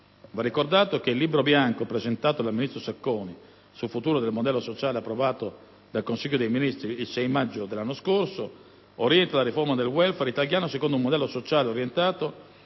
Va ricordato che il Libro bianco presentato dal ministro Sacconi sul futuro del modello sociale, approvato dal Consiglio dei ministri il 6 maggio 2009, orienta la riforma del *welfare* italiano secondo un modello sociale volto